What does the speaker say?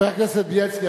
חבר הכנסת בילסקי,